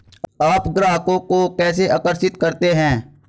आप ग्राहकों को कैसे आकर्षित करते हैं?